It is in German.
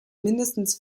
mindestens